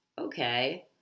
okay